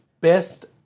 best